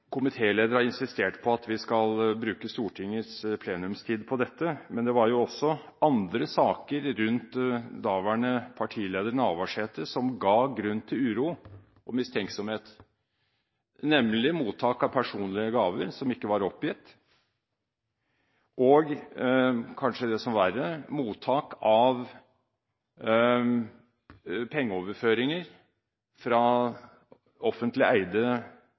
komitéleder har insistert på at vi skal bruke Stortingets plenumstid på dette, men det var også andre saker knyttet til daværende partileder Navarsete som ga grunn til uro og mistenksomhet, nemlig mottak av personlige gaver som ikke var oppgitt, og – kanskje det som verre var – mottak av pengeoverføringer fra offentlig eide